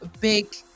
Big